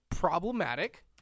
Problematic